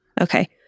Okay